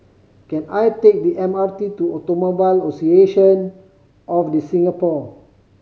can I take the M R T to Automobile Association of The Singapore